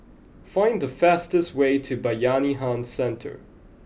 find the fastest way to Bayanihan Centre